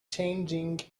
changing